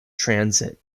transit